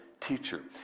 teacher